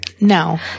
No